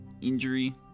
injury